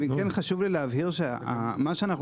אבל כן חשוב לי להבהיר שמה שאנחנו